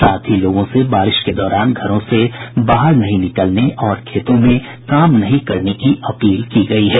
साथ ही लोगों से बारिश के दौरान घरों से बाहर नहीं निकलने और खेतों में काम नहीं करने की अपील की गयी है